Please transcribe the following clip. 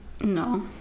No